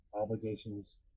obligations